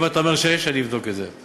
אם אתה אומר שיש, אני אבדוק את זה.